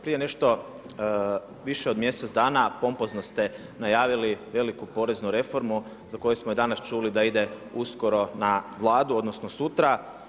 Prije nešto više od mj. dana pompozno ste najavili veliku poreznu reformu za koju smo danas čuli da ide uskoro na Vladu odnosno sutra.